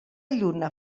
lluna